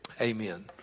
Amen